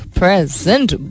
present